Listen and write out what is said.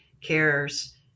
cares